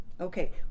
Okay